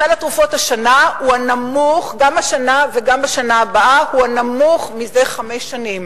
סל התרופות גם השנה וגם בשנה הבאה הוא הנמוך מזה חמש שנים.